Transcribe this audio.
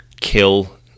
kill